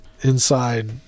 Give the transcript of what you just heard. inside